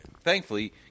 thankfully